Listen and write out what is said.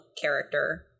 character